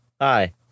hi